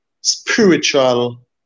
spiritual